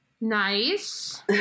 nice